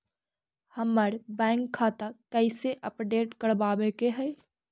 हमर बैंक खाता कैसे अपडेट करबाबे के है?